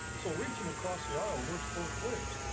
so reaching across the aisle works both ways.